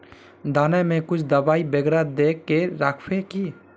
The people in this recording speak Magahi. दाना में कुछ दबाई बेगरा दय के राखबे की?